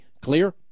Clear